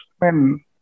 men